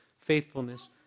faithfulness